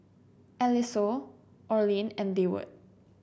Eliseo Orlin and Deward